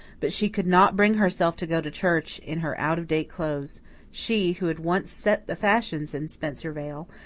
but she could not bring herself to go to church in her out-of-date clothes she, who had once set the fashions in spencervale,